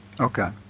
Okay